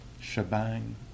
shebang